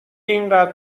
اینقدر